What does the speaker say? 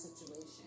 situation